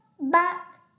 Back